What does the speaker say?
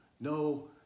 no